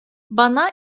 bana